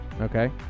Okay